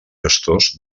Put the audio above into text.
gestors